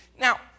Now